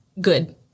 good